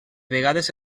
vegades